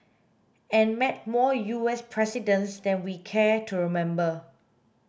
and met more U S presidents than we care to remember